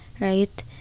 right